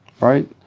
Right